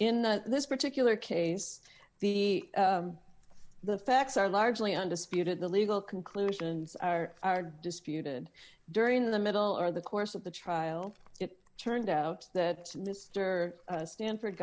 in this particular case the the facts are largely undisputed the legal conclusions are are disputed during the middle or the course of the trial it turned out that mister stanford